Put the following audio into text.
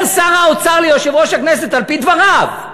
אומר שר האוצר ליושב-ראש הכנסת, על-פי דבריו,